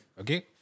Okay